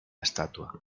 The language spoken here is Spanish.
estatua